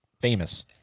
famous